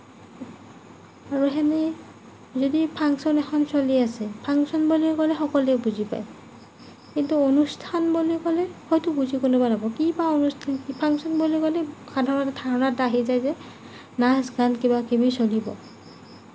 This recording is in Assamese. আৰু সেনেকৈ যদি ফাংচন এখন চলি আছে ফাংচন বুলি ক'লে সকলোৱে বুজি পায় কিন্তু অনুষ্ঠান বুলি ক'লে হয়তো বুজিয়ে নাপাব কি বা অনুষ্ঠান ফাংচন বুলি ক'লে সাধাৰণতে ধাৰণা এটা আহি যায় যে নাচ গান কিবাকিবি চলিব